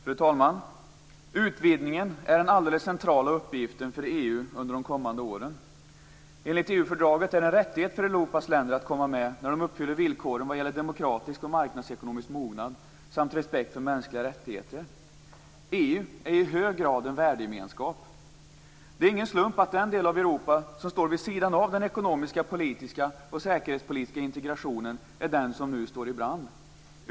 Fru talman! Utvidgningen är den alldeles centrala uppgiften för EU under de kommande åren. Enligt EU-fördraget är det en rättighet för Europas länder att komma med när de uppfyller villkoren vad gäller demokratisk och marknadsekonomisk mognad, samt respekt för mänskliga rättigheter. EU är i hög grad en värdegemenskap. Det är ingen slump att den del av Europa som står vid sidan av den ekonomiska, politiska och säkerhetspolitiska integrationen är den som nu står i brand.